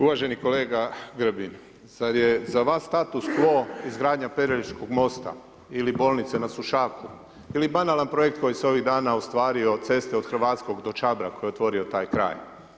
Uvaženi kolega Grbin, sad je za vas status quo izgradnja Pelješkog mosta ili bolnice na Sušaku ili banalni projekt koji se ovih dana ostvario ceste od Hrvatskog do Čabra koji je otvorio taj kraj.